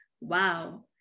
wow